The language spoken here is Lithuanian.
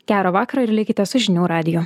gerą vakarą ir likite su žinių radiju